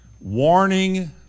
warning